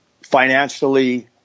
Financially